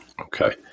Okay